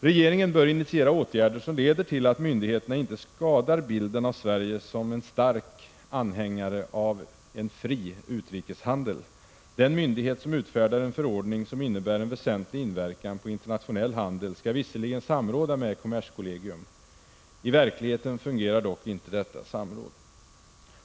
Regeringen bör initiera åtgärder som leder till att myndigheterna inte skadar bilden av Sverige som en stark anhängare av en fri utrikeshandel. Den myndighet som utfärdar en förordning som innebär en väsentlig inverkan på internationell handel skall visserligen samråda med kommerskollegium. I verkligheten fungerar dock inte detta samråd.